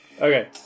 Okay